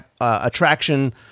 attraction